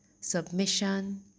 submission